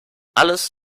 alles